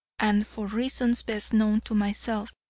and for reasons best known to myself,